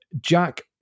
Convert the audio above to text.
Jack